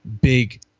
big